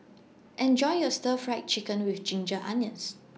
Enjoy your Stir Fry Chicken with Ginger Onions